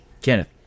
Kenneth